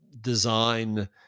design